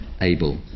able